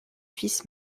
fils